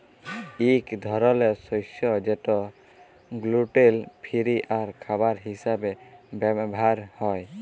ইক ধরলের শস্য যেট গ্লুটেল ফিরি আর খাবার হিসাবে ব্যাভার হ্যয়